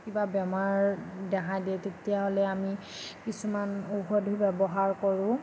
কিবা বেমাৰ দেখা দিয়ে তেতিয়াহ'লে আমি কিছুমান ঔষধো ব্যৱহাৰ কৰোঁ